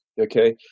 Okay